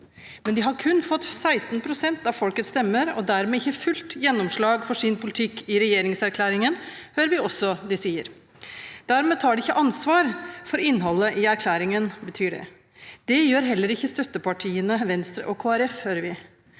Men de har kun fått 16 pst. av folkets stemmer og dermed ikke fullt gjennomslag for sin politikk i regjeringserklæringen, hører vi også de sier. Dermed tar de ikke ansvar for innholdet i erklæringen, betyr det. Det gjør heller ikke støttepartiene Venstre og Kristelig